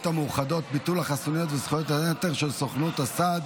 המאוחדות (ביטול החסינויות וזכויות היתר של סוכנות הסעד